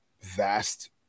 vast